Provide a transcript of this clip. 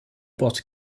bord